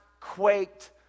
quaked